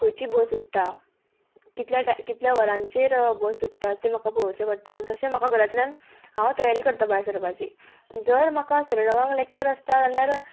खंयची बस सुट्टा कितल्या टाय कितल्या वरांचेर बस सुट्टा तें म्हाका पळोवचें पडटा आनी तशें म्हाका घरांतल्यान हांव तयारी करता भायर सरपाची जर म्हाका साडे णवांक लॅक्चर आसता जाल्यार